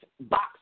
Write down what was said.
box